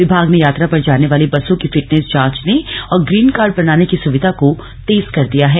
विभाग ने यात्रा पर जाने वाली बसों की फिटनेस जांचर्ने और ग्रीन कार्ड बनाने की सुविधा को तेज कर दिया है